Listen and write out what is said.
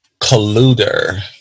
Colluder